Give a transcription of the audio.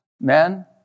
men